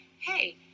hey